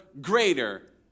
greater